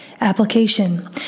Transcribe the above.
Application